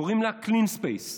קוראים לה Clean Space.